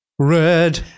red